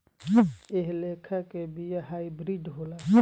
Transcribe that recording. एह लेखा के बिया हाईब्रिड होला